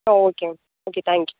ah okay ma'am okay thank you